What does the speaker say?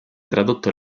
tradotto